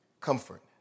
comfort